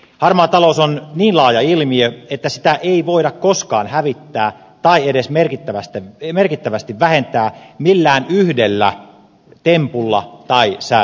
harmaa talous on niin laaja ilmiö että sitä ei voida koskaan hävittää tai edes merkittävästi vähentää millään yhdellä tempulla tai säädöksellä